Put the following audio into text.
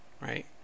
right